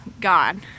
God